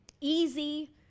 easy